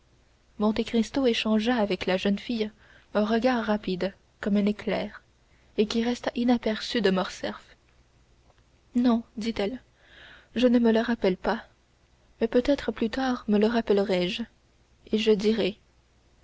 signora monte cristo échangea avec la jeune fille un regard rapide comme un éclair et qui resta inaperçu de morcerf non dit-elle je ne me le rappelle pas mais peut-être plus tard me le rappellerai je et je le dirai